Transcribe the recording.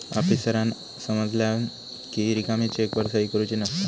आफीसरांन समजावल्यानं कि रिकामी चेकवर सही करुची नसता